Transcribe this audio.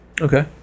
okay